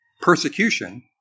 persecution